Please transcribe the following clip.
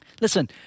Listen